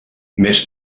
més